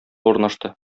урнашты